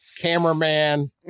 cameraman